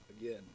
again